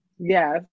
Yes